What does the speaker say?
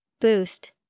Boost